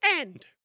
end